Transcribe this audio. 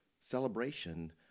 celebration